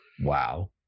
Wow